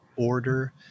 Order